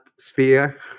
sphere